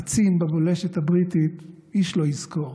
קצין בבולשת הבריטית, איש לא יזכור,